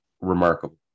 remarkable